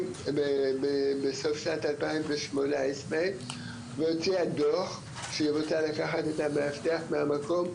בסוף שנת 2018 והוציאה דוח שהיא רוצה לקחת את המאבטח מהמקום,